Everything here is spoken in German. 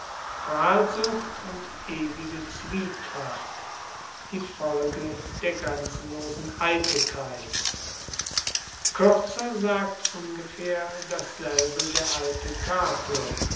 prahlsucht und ewige zwietracht die folge der grenzenlosen eitelkeit kuerzer sagt ungefaehr dasselbe der alte cato